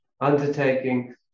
undertaking